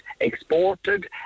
exported